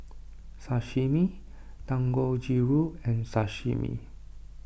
Sashimi Dangojiru and Sashimi